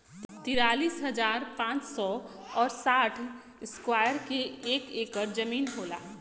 तिरालिस हजार पांच सौ और साठ इस्क्वायर के एक ऐकर जमीन होला